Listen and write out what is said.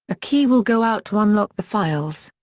a key will go out to unlock the files.